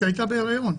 שהייתה בהיריון,